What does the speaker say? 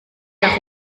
der